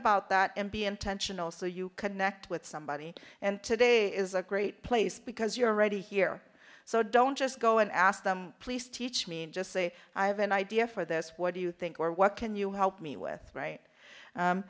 about that and be intentional so you connect with somebody and today is a great place because you're already here so don't just go and ask them please teach me and just say i have an idea for this what do you think or what can you help me with right